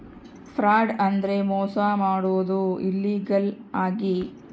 fraud ಅಂದ್ರೆ ಮೋಸ ಮಾಡೋದು ಇಲ್ಲೀಗಲ್ ಆಗಿ